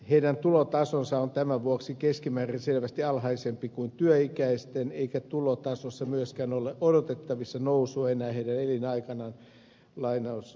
heidän tulotasonsa on tämän vuoksi keskimäärin selvästi alhaisempi kuin työikäisten eikä tulotasossa myöskään ole odotettavissa nousua enää heidän elinaikanaan